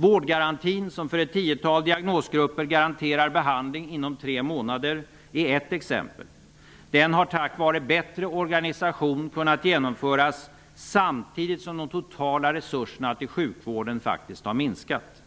Vårdgarantin, som för ett tiotal diagnosgrupper garanterar behandling inom tre månader, är ett exempel. Den har tack vare bättre organisation kunnat genomföras samtidigt som de totala resurserna till sjukvården faktiskt har minskat.